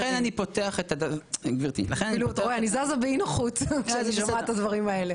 לכן אני פותח --- אני זזה באי נוחות כשאני שומעת את הדברים האלה.